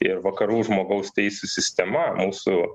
ir vakarų žmogaus teisių sistema mūsų